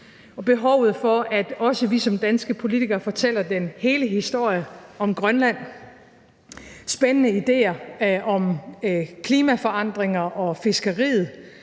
og behovet for, at også vi som danske politikere fortæller den hele historie om Grønland. Der var spændende idéer i forhold til klimaforandringer og fiskeriet